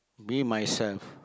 me myself